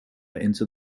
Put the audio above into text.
into